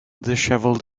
dishevelled